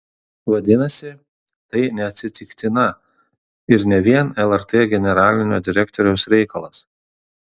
vadinasi tai neatsitiktina ir ne vien lrt generalinio direktoriaus reikalas